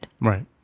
Right